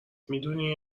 میدونی